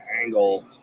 angle